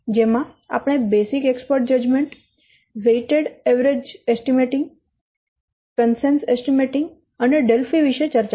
જેમાં આપણે basic expert judgment weighted સરેરાશ એસ્ટીમેંટિંગ કન્સેન્સસ એસ્ટીમેંટિંગ અને ડેલ્ફી વિષે ચર્ચા કરી